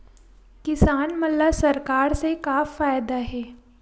किसान मन ला सरकार से का फ़ायदा हे?